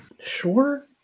Sure